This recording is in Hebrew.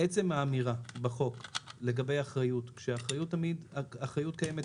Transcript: עצם האמירה בחוק לגבי האחריות כאשר האחריות קיימת